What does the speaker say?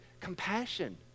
compassion